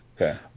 okay